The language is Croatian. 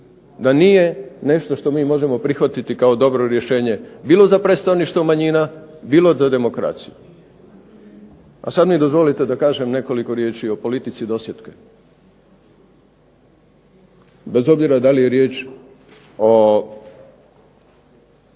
da nije nešto što mi možemo prihvatiti kao dobro rješenje, bilo za predstavništvo manjina, bilo za demokraciju. A sad mi dozvolite da kažem nekoliko riječi o politici dosjetke, bez obzira da li je riječ o